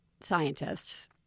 scientists